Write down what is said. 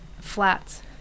flats